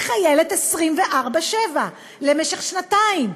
היא חיילת 24/7 למשך שנתיים,